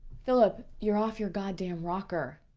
phillip you're off your goddamn rocker.